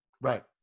Right